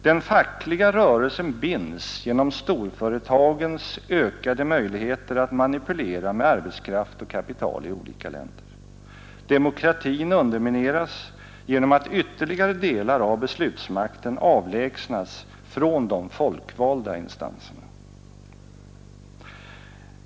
Den fackliga rörelsen binds genom storföretagens ökade möjligheter att manipulera med arbetskraft och kapital i olika länder. Demokratin undermineras genom att ytterligare delar av beslutsmakten avlägsnas från de folkvalda instanserna.